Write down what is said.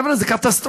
חבר'ה, זה קטסטרופה.